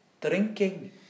drinking